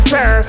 Sir